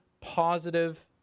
positive